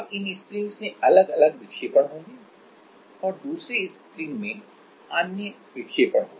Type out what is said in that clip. अब इन स्प्रिंग्स में अलग अलग विक्षेपण होंगे और दूसरे स्प्रिंग में अन्य विक्षेपण होगा